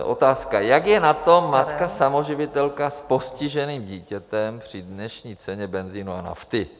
Otázka: Jak je na tom matka samoživitelka s postiženým dítětem při dnešní ceně benzinu a nafty?